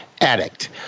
addict